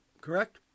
correct